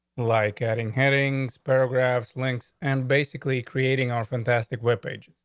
like adding headings, paragraphs, links and basically creating are fantastic webpage.